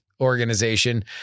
organization